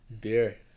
beer